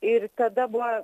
ir tada buvo